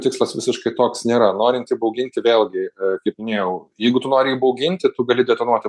tikslas visiškai toks nėra norint įbauginti vėlgi kaip minėjau jeigu tu nori įbauginti tu gali detonuoti